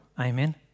amen